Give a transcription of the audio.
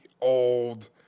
old